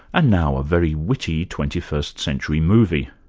and now a very witty twenty first century movie.